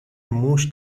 موش